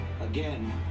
Again